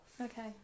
Okay